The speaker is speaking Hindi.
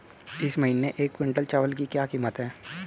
इस महीने एक क्विंटल चावल की क्या कीमत है?